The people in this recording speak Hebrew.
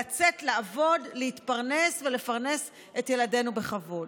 לצאת לעבוד, להתפרנס ולפרנס את ילדינו בכבוד.